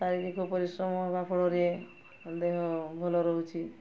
ଶାରୀରିକ ପରିଶ୍ରମ ହେବା ଫଳରେ ଦେହ ଭଲ ରହୁଛି